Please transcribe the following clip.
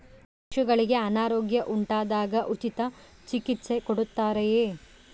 ಪಶುಗಳಿಗೆ ಅನಾರೋಗ್ಯ ಉಂಟಾದಾಗ ಉಚಿತ ಚಿಕಿತ್ಸೆ ಕೊಡುತ್ತಾರೆಯೇ?